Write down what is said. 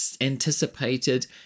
anticipated